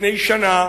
לפני שנה,